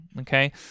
okay